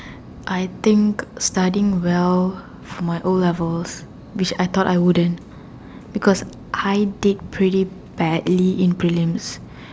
I think studying well for my O-levels which I thought I wouldn't because I did pretty bad in prelims